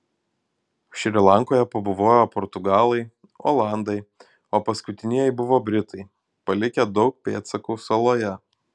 šri lankoje pabuvojo portugalai olandai o paskutinieji buvo britai palikę daug pėdsakų saloje